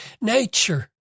nature